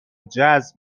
جذب